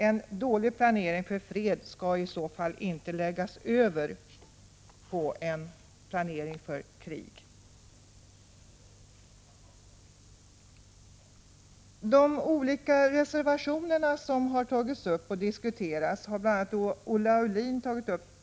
En dålig planering i fred skall i så fall inte läggas över på en planering för krig. Olle Aulin tog upp reservationerna 9 och 10.